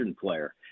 player